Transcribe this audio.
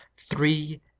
three